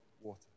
water